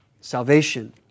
salvation